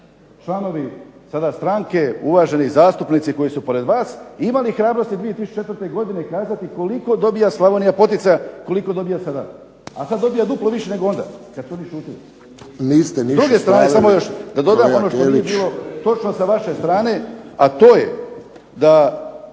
članovi sada stranke, uvaženi zastupnici koji su pored vas, imali hrabrosti 2004. godine kazati koliko dobija Slavonija poticaja, a koliko dobija sada? A sad dobija duplo više nego onda kad su oni šutili. **Friščić, Josip (HSS)** Niste više … /Upadica se ne razumije./…